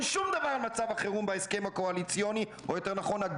שום דבר על מצב החירום בהסכם הקואליציוני או יותר נכון,